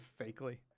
fakely